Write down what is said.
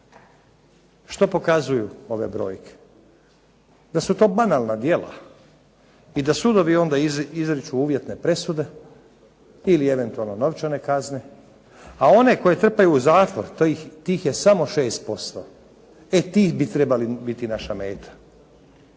Što pokazuju ove brojke? Da su to banalna djela i da sudovi onda izriču uvjetne presude ili eventualno novčane kazne. A one koje trpaju u zatvor, tih je samo 6%. E ti bi trebali biti naša meta.